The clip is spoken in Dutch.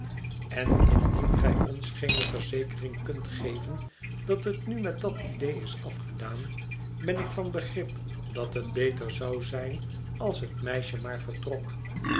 en indien gij ons geene verzekering kunt geven dat het nu met dat idee is afgedaan ben ik van begrip dat het beter zou zijn als het meisje maar vertrok